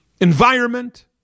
Environment